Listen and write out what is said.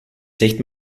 zegt